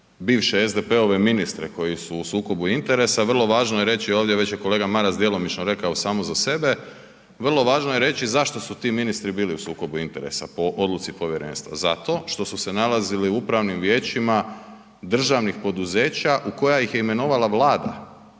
bivše SDP-ove ministre koji su u sukobu interesa, vrlo važno je reći ovdje, već je kolega Maras djelomično rekao samo za sebe, vrlo važno je reći zašto su ti ministri bili u sukobu interesa po odluci povjerenstva, zato što su se nalazili u upravnim vijećima državnih poduzeća u koja ih je imenovala Vlada